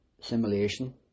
simulation